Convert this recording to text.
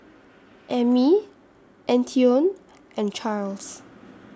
Emmie Antione and Charles